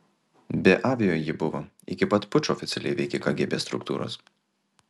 be abejo ji buvo iki pat pučo oficialiai veikė kgb struktūros